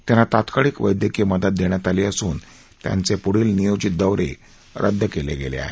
त्यांना तात्काळ वैद्यकीय मदत देण्यात आली असून त्यांचे पुढील नियोजित दौरे रद्द केले आहेत